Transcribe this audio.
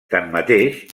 tanmateix